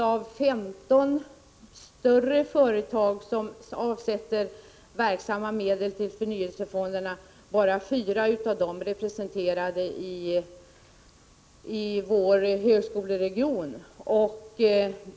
Av femton större företag som avsätter medel till förnyelsefonderna finns bara fyra representerade i vår högskoleregion.